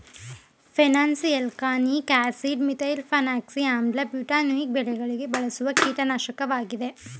phenoxyalkanoic acid, methylphenoxy ಆಮ್ಲ, butanoic ಬೆಳೆಗಳಿಗೆ ಬಳಸುವ ಕೀಟನಾಶಕವಾಗಿದೆ